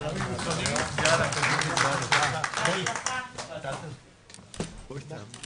הישיבה ננעלה בשעה 13:45.